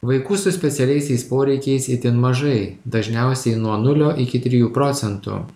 vaikų su specialiaisiais poreikiais itin mažai dažniausiai nuo nulio iki trijų procentų